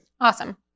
Awesome